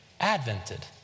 advented